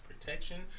protection